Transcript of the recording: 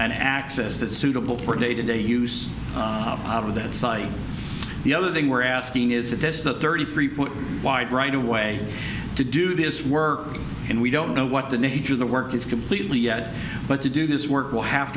an access that suitable for day to day use out of that site the other thing we're asking is this the thirty three foot wide right away to do this work and we don't know what the nature of the work is completely yet but to do this work we'll have